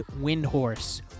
Windhorse